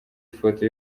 ifoto